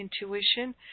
intuition